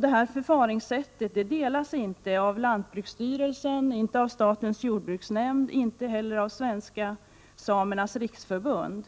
Detta förfaringssätt accepteras inte av lantbruksstyrelsen, statens jordbruksnämnd eller Svenska samernas riksförbund.